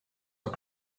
are